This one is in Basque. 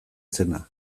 zena